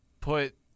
put